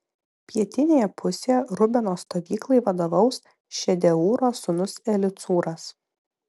pietinėje pusėje rubeno stovyklai vadovaus šedeūro sūnus elicūras